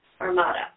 Armada